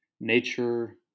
nature